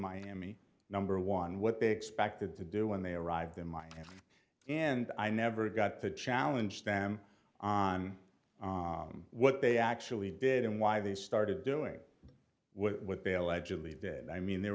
miami number one what they expected to do when they arrived in mine and i never got to challenge them on what they actually did and why they started doing what they allegedly did i mean there